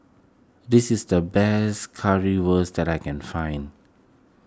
this is the best Currywurst that I can find